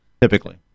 Typically